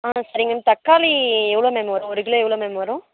ஆ சரி மேம் தக்காளி எவ்வளோ மேம் வரும் ஒரு கிலோ எவ்வளோ மேம் வரும்